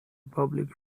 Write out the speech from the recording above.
public